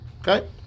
Okay